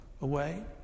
away